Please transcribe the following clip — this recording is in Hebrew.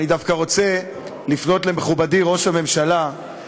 אני דווקא רוצה לפנות למכובדי ראש הממשלה.